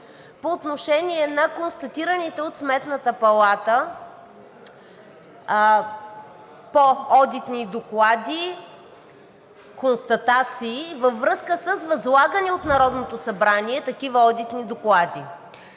по отношение на констатираните от Сметната палата по одитни доклади констатации във връзка с възлагане от Народното събрание на такива одитни доклади.